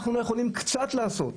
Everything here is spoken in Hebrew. אנחנו יכולים קצת לעשות,